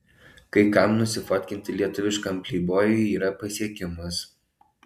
kai kam nusifotkinti lietuviškam pleibojui yra pasiekimas